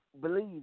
believe